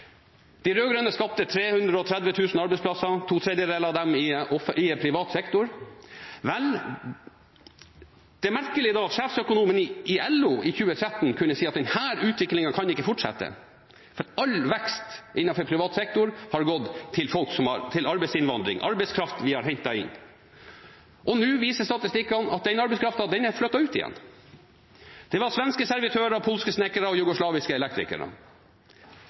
De rød-grønne skapte 330 000 arbeidsplasser, to tredjedeler av dem i privat sektor. Vel, det er merkelig da at sjefsøkonomen i LO i 2013 kunne si at denne utviklingen kan ikke fortsette, for all vekst innenfor privat sektor har gått til arbeidsinnvandring – arbeidskraft vi har hentet inn. Og nå viser statistikken at den arbeidskrafta er flyttet ut igjen. Det var svenske servitører, polske snekkere og jugoslaviske elektrikere.